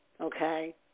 okay